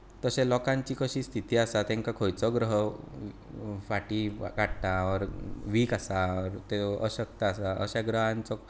तशें लोकांची कसली स्थिती आसा तांकां खंयचो ग्रह फाटीं काडटा आनी वीक आसा ते अशक्त आसा अश्या ग्रहांचो